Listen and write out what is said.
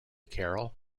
carol